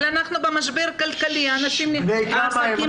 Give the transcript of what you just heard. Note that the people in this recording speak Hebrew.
אבל אנחנו במשבר כלכלי, אנשים --- בני כמה הם?